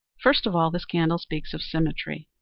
first of all this candle speaks of symmetry.